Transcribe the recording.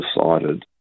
decided